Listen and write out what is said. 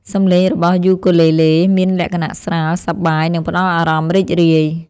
សំឡេងរបស់យូគូលេលេមានលក្ខណៈស្រាល សប្បាយ និងផ្តល់អារម្មណ៍រីករាយ។